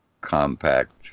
compact